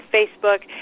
Facebook